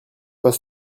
pas